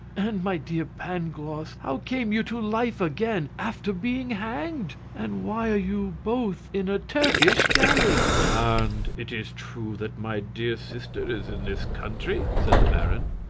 and, my dear pangloss, how came you to life again after being hanged? and why are you both in a turkish galley? and it is true that my dear sister is in this country? said the baron.